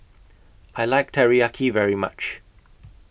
I like Teriyaki very much